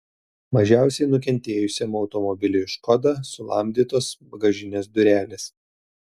mažiausiai nukentėjusiam automobiliui škoda sulamdytos bagažinės durelės